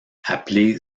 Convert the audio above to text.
appelé